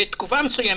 בתקופה מסוימת,